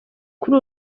kuri